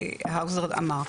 שהאוזר אמר.